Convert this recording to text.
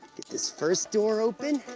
get this first door open.